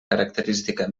característica